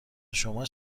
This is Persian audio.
شما